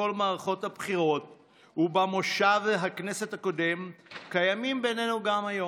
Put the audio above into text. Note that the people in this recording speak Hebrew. כל מערכות הבחירות ובמושב הכנסת הקודם קיימים בינינו גם היום.